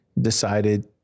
decided